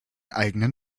eigenen